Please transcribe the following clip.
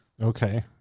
Okay